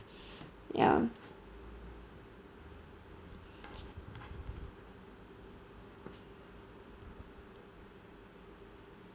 ya